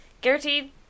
Guaranteed